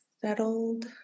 Settled